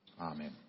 Amen